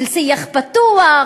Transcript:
של שיח פתוח,